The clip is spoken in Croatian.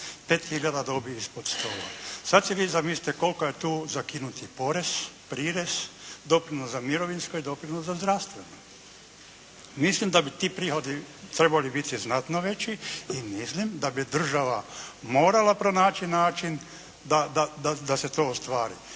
dobi ispod stola. Sad si vi zamislite kolika je tu, zakinut je porez, prirez, doprinos za mirovinsko i doprinos za zdravstveno. Mislim da bi ti prihodi morali biti znatno veći i mislim da bi država morala pronaći način da se to ostvari.